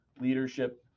leadership